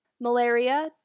Malaria